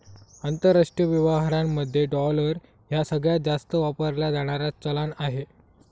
आंतरराष्ट्रीय व्यवहारांमध्ये डॉलर ह्या सगळ्यांत जास्त वापरला जाणारा चलान आहे